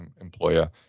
employer